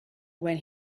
when